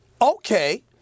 okay